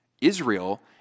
Israel